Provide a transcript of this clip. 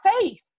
faith